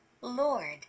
Lord